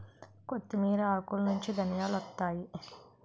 కొత్తిమీర ఆకులనుంచి ధనియాలొత్తాయి